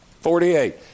Forty-eight